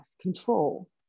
control